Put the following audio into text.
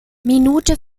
minute